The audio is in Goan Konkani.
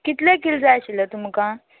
कितले किल्ल जाय आशिल्ले तुमकां